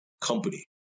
company